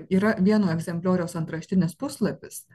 yra vieno egzemplioriaus antraštinis puslapis